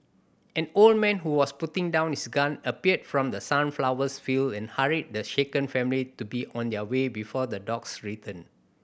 an old man who was putting down his gun appeared from the sunflowers field and hurried the shaken family to be on their way before the dogs return